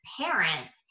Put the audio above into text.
parents